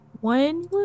one